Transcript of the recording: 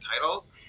titles